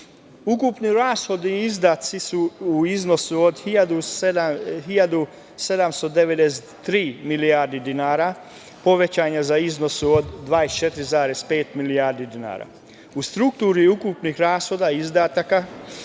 Ukupni rashodi i izdaci su u iznosu od 1.793 milijardi dinara povećani za iznos od 24,5 milijardi dinara. U strukturi ukupnih rashoda i izdataka